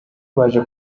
baje